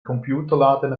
computerladen